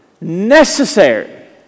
necessary